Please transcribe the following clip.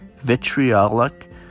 vitriolic